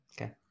Okay